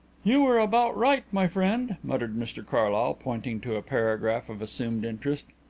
you were about right, my friend, muttered mr carlyle, pointing to a paragraph of assumed interest.